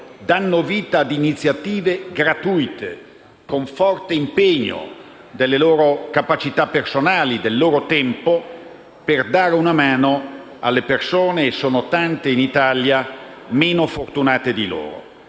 danno vita ad iniziative gratuite, con forte impegno delle loro capacità personali e del loro tempo per dare una mano alle persone - e sono tante in Italia - meno fortunate di loro.